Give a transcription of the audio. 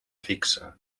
fixa